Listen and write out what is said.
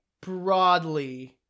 broadly